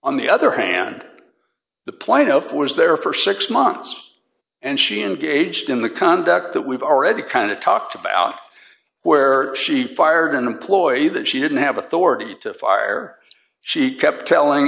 on the other hand the plaintiff was there for six months and she engaged in the conduct that we've already kind of talked about where she fired an employee that she didn't have authority to fire she kept telling